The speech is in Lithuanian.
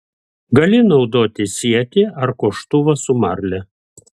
gali naudoti sietį ar koštuvą su marle